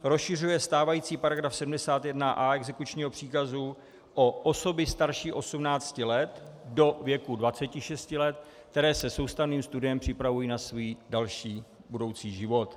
Rozšiřuje stávající § 71a exekučního příkazu o osoby starší 18 let do věku 26 let, které se soustavným studiem připravují na svůj další, budoucí život.